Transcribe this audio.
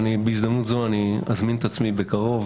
בהזדמנות זו אני אזמין את עצמי בקרוב,